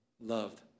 loved